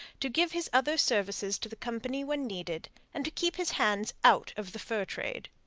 to give his other services to the company when needed, and to keep his hands out of the fur trade.